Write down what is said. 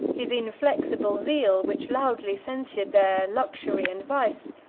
his inflexible zeal, which loudly censured their luxury and vice,